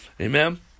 Amen